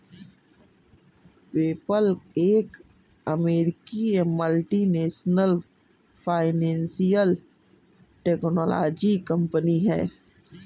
PayPal एक अमेरिकी multinational financial technology company है